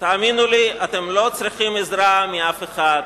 תאמינו לי, אתם לא צריכים עזרה מאף אחד.